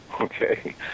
Okay